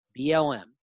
BLM